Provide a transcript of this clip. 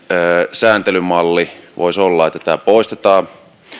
sääntelymalli voisi olla siinä että tämä poistetaan